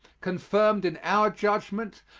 confirmed in our judgment,